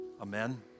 amen